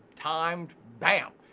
timed, bam.